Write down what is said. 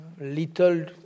little